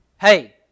hey